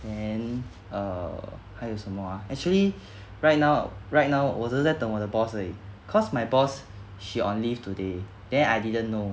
then err 还有什么 ah actually right now right now 我只是在等我的 boss 而已 cause my boss she on leave today then I didn't know